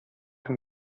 and